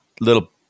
little